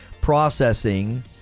processing